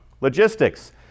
Logistics